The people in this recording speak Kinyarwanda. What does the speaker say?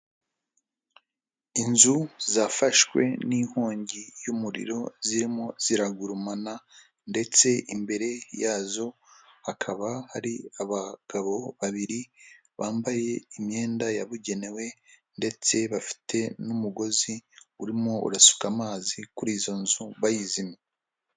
Inzu zafashwe n'inkongi y'umuriro zirimo ziragurumana ndetse imbere yazo hakaba hari abagabo babiri bambaye imyenda yabugenewe ndetse bafite n'umugozi urimo urasuka amazi kuri izo nzu bayizimya.